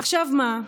עכשיו מה?